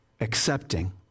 accepting